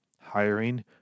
hiring